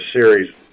series